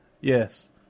yes